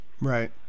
Right